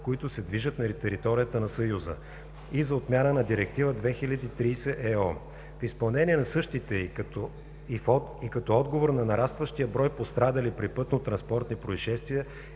които се движат на територията на Съюза, и за отмяна на Директива 2000/30/ЕО. В изпълнение на същите и като отговор на нарастващия брой пострадали при пътнотранспортни произшествия